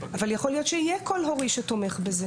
אבל יכול להיות שיהיה קול הורי שתומך בזה.